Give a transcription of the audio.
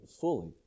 fully